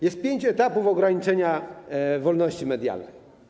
Jest pięć etapów ograniczenia wolności medialnej.